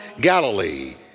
Galilee